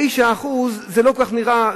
9% זה לא כל כך נראה,